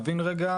יקרה.